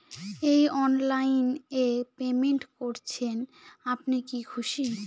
এই অনলাইন এ পেমেন্ট করছেন আপনি কি খুশি?